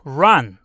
run